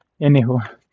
Anywho